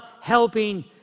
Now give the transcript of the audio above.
helping